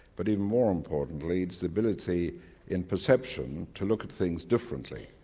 but even more importantly it's the ability in perception to look at things differently,